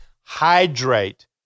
Hydrate